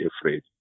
afraid